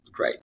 great